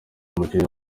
umukinnyi